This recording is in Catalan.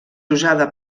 usada